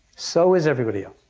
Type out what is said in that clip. so is everybody else.